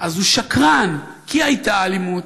אז הוא שקרן, כי הייתה אלימות.